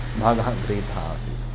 भागः गृहीतः आसीत्